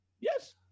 Yes